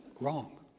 Wrong